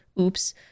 Oops